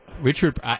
Richard